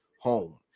Home